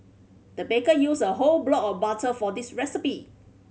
the baker used a whole block of butter for this recipe